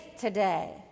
today